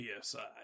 psi